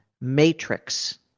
matrix